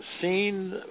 seen